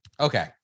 Okay